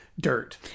dirt